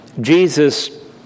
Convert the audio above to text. Jesus